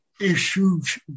issues